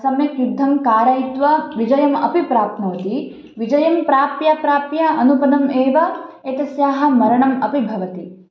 सम्यक् युद्धं कारयित्वा विजयम् अपि प्राप्नोति विजयं प्राप्य प्राप्य अनुपदम् एव एतस्याः मरणम् अपि भवति